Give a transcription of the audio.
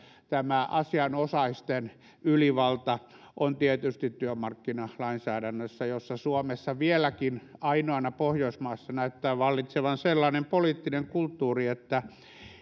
tämä asianosaisten ylivalta on kyllä tietysti työmarkkinalainsäädännössä jossa suomessa vieläkin ainoana pohjoismaana näyttää vallitsevan sellainen poliittinen kulttuuri että